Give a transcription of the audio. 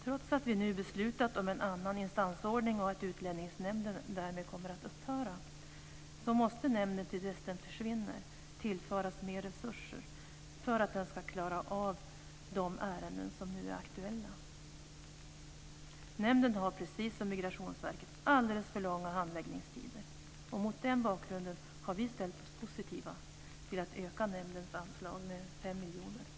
Trots att vi nu har beslutat om en annan instansordning och att Utlänningsnämnden därmed kommer att upphöra måste nämnden, till dess den försvinner, tillföras mer resurser för att den ska klara av de ärenden som nu är aktuella. Nämnden har, precis som Migrationsverket, alldeles för långa handläggningstider. Mot den bakgrunden har vi ställt oss positiva till att öka nämndens anslag med 5 miljoner.